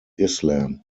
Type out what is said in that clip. islam